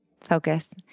focus